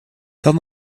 tell